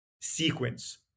sequence